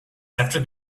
after